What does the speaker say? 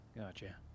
Gotcha